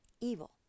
evil